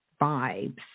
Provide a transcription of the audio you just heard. vibes